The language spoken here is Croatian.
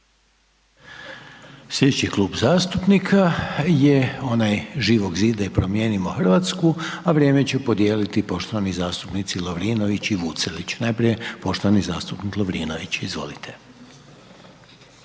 Slijedeći Klub zastupnika je onaj Živog zida i Promijenimo Hrvatsku a vrijeme će podijeliti poštovani zastupnici Lovrinović i Vucelić, najprije poštovani zastupnik Lovrinović, izvolite.